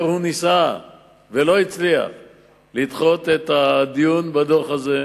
הוא ניסה ולא הצליח לדחות את הדיון בדוח הזה,